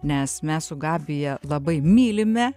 nes mes su gabija labai mylime